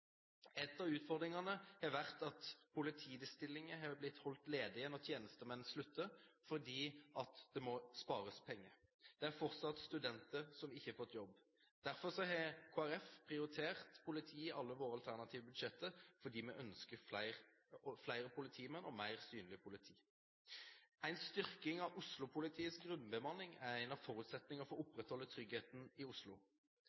av utfordringene har vært at politistillinger har blitt holdt ledige når tjenestemenn slutter, fordi det må spares penger. Det er fortsatt studenter som ikke har fått jobb. Kristelig Folkeparti har prioritert politiet i alle sine alternative budsjetter fordi vi ønsker flere politimenn og mer synlig politi. En styrking av Oslo-politiets grunnbemanning er en forutsetning for å opprettholde tryggheten i Oslo.